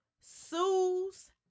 sues